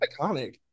Iconic